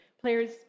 players